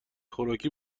خوراکی